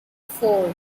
four